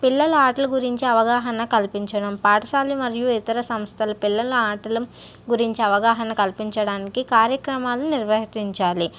పిల్లల ఆటల గురించి అవగాహన కల్పించడం పాఠశాలలు మరియు ఇతర సంస్థల పిల్లలను ఆటల గురించి అవగాహన కల్పించడానికి కార్యక్రమాలు నిర్వర్తించాలి